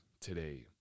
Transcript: today